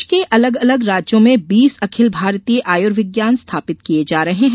देश के अलग अलग राज्यों में बीस अखिल भारतीय आयुर्विज्ञान स्थापित किर्य जा रहे है